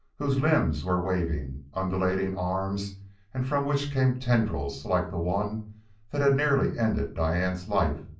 whose limbs were waving, undulating arms and from which came tendrils like the one that had nearly ended diane's life,